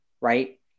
right